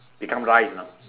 become rice you know